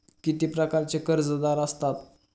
किती प्रकारचे कर्जदार असतात